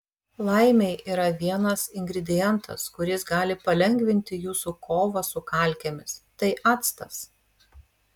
laimei yra vienas ingredientas kuris gali palengvinti jūsų kovą su kalkėmis tai actas